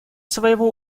своего